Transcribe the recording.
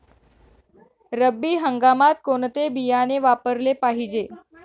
रब्बी हंगामात कोणते बियाणे वापरले पाहिजे?